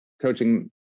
coaching